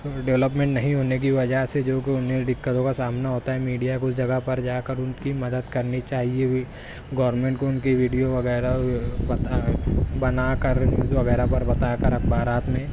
development نہیں ہونے کی وجہ سے جوکہ انہیں دقتوں کا سامنا ہوتا ہے میڈیا کو اس جگہ پر جا کر ان کی مدد کرنی چاہیے گورنمنٹ کو ان کی ویڈیو وغیرہ بتا بنا کر نیوز وغیرہ پر بتا کر اخبارات میں